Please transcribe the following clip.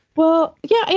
well, yeah.